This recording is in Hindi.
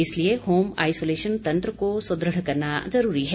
इसलिए होम आईसोलेशन तंत्र को सुदृढ़ करना जरूरी है